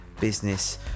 business